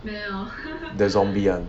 the zombie [one]